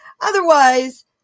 Otherwise